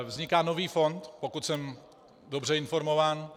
Vzniká nový fond, pokud jsem dobře informován.